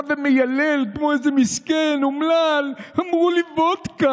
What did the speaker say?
בא ומיילל כמו איזה מסכן, אומלל: אמרו לי "וודקה".